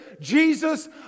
Jesus